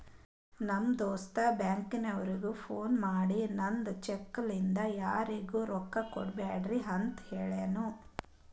ನಮ್ ದೋಸ್ತ ಬ್ಯಾಂಕ್ಗ ಫೋನ್ ಮಾಡಿ ನಂದ್ ಚೆಕ್ ಲಿಂತಾ ಯಾರಿಗೂ ರೊಕ್ಕಾ ಕೊಡ್ಬ್ಯಾಡ್ರಿ ಅಂತ್ ಹೆಳುನೂ